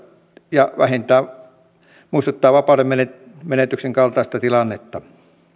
ja muistuttaa vähintään vapaudenmenetyksen kaltaista tilannetta